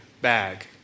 bag